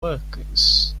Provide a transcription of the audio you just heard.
workers